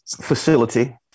facility